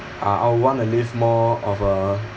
uh I would want to live more of a